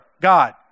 God